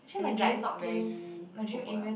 and it's like not very overwhelming